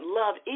love